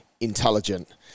intelligent